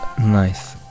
Nice